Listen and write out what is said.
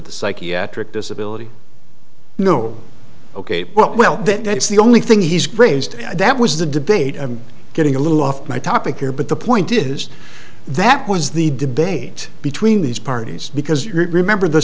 the psychiatric disability no ok well that's the only thing he's grazed that was the debate i'm getting a little off my topic here but the point is that was the debate between these parties because remember the